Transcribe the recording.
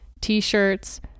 t-shirts